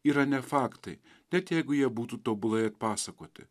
yra ne faktai net jeigu jie būtų tobulai atpasakoti